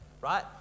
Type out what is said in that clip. right